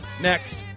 next